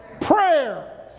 prayer